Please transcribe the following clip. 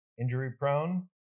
injury-prone